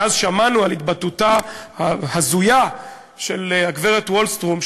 מאז שמענו על התבטאותה ההזויה של הגברת ולסטרם,